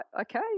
okay